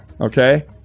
okay